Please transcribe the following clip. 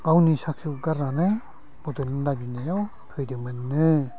गावनि साख्रिखौ गारनानै बड'लेण्ड दाबिनायाव फैदोंमोननो